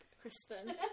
Kristen